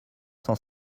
cent